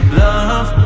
love